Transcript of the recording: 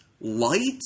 light